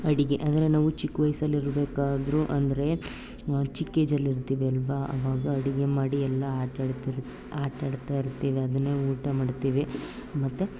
ಅಡುಗೆ ಅಂದರೆ ನಾವು ಚಿಕ್ಕ ವಯಸ್ಸಲ್ಲಿರ್ಬೇಕಾದ್ರೂ ಅಂದರೆ ಚಿಕ್ಕ ಏಜಲ್ಲಿ ಇರ್ತೀವಿ ಅಲ್ವ ಅವಾಗ ಅಡುಗೆ ಮಾಡಿ ಎಲ್ಲ ಆಟಾಡ್ತಿರ್ ಆಟಾಡ್ತಾಯಿರ್ತೀವಿ ಅದನ್ನೇ ಊಟ ಮಾಡ್ತೀವಿ ಮತ್ತೆ